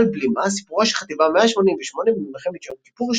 "על בלימה סיפורה של חטיבה 188 במלחמת יום כיפור",